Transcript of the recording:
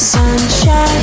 Sunshine